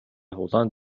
улаан